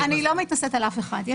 אני לא מתנשאת על אף אחד.